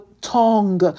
tongue